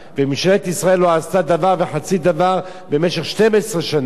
וממשלת ישראל לא עשתה דבר וחצי דבר במשך 12 שנה,